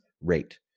rate